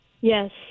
Yes